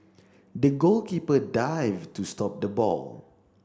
the goalkeeper dived to stop the ball